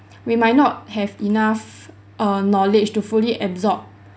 we might not have enough err knowledge to fully absorb